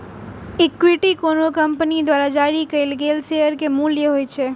equity कोनो company द्वारा जारी कैल गेल शेयर के मूल्य होइ छै